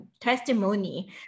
testimony